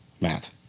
Matt